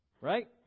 Right